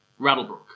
Rattlebrook